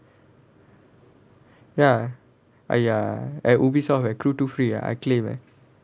ya !aiya! I Ubisoft leh crew two free ah I claim leh